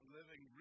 living